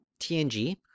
TNG